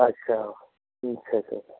अच्छा ठीक है ठीक है